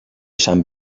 sant